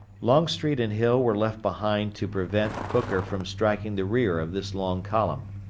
longstreet and hill were left behind to prevent hooker from striking the rear of this long column.